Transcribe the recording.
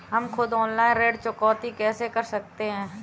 हम खुद ऑनलाइन ऋण चुकौती कैसे कर सकते हैं?